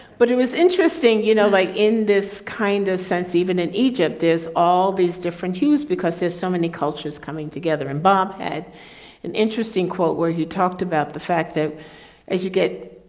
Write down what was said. but it was interesting, you know, like, in this kind of sense, even in egypt, there's all these different hues, because there's so many cultures coming together. and bob had an interesting quote, where he talked about the fact that as you get,